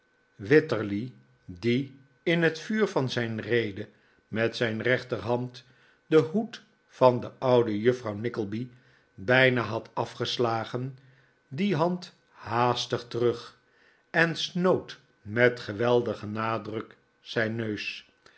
wititterly die in het vuur van zijn rede met zijn rechterhand den hoed van de oude juffrouw nickleby bijna had afgeslagen die hand haastig terug en snoot met geweldigen nadruk zijn neus